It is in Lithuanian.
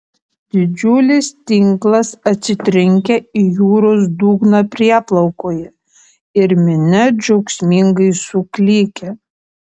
didžiulis tinklas atsitrenkia į jūros dugną prieplaukoje ir minia džiaugsmingai suklykia